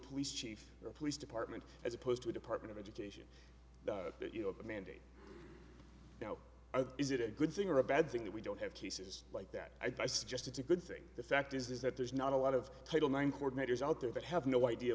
police chief or police department as opposed to a department of education that you have a mandate now is it a good thing or a bad thing that we don't have cases like that i suggest it's a good thing the fact is that there's not a lot of title nine chord members out there that have no idea